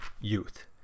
youth